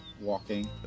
walking